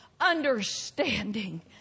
understanding